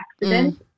accident